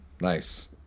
Nice